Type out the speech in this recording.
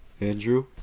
Andrew